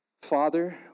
Father